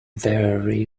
very